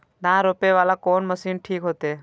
धान रोपे वाला कोन मशीन ठीक होते?